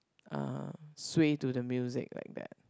uh sway to the music like that